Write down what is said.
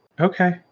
Okay